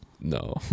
No